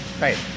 right